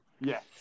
Yes